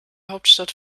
hauptstadt